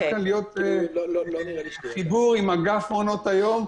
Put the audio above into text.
חייב כאן להיות חיבור עם אגף מעונות היום.